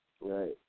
Right